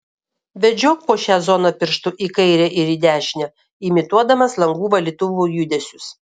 vedžiok po šią zoną pirštu į kairę ir į dešinę imituodamas langų valytuvų judesius